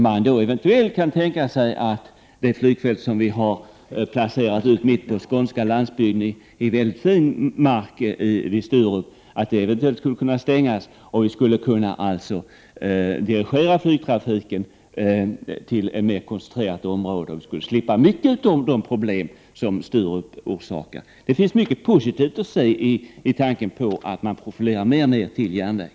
Man kan då tänka sig att det flygfält som vi har placerat ut på den skånska landsbygden, Sturup, eventuellt skulle kunna stängas och att vi alltså skulle kunna dirigera flygtrafiken till ett mer koncentrerat område och därmed slippa många av de problem som Sturup åsamkar. Man kan finna mycket positivt i tanken att profilera mer och mer trafik till järnväg.